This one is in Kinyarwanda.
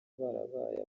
barabaye